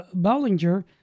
Bollinger